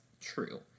true